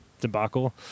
debacle